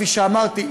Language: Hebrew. כפי שאמרתי,